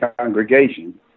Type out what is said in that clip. congregation